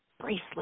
bracelet